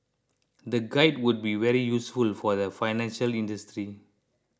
the guide would be very useful for the financial industry